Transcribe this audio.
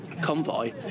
Convoy